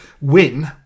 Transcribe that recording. win